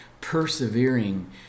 persevering